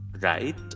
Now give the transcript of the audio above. right